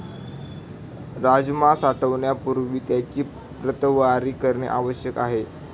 राजमा साठवण्यापूर्वी त्याची प्रतवारी करणे आवश्यक आहे